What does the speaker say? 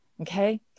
Okay